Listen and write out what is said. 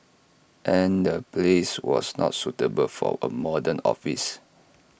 and the place was not suitable for A modern office